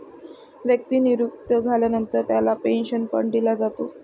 व्यक्ती निवृत्त झाल्यानंतर त्याला पेन्शन फंड दिला जातो